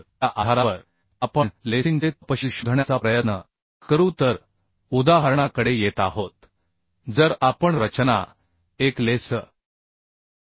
तर त्या आधारावर आपण लेसिंगचे तपशील शोधण्याचा प्रयत्न करू तर उदाहरणाकडे येत आहोत जर आपण रचना एक लेस्ड कॉलम 10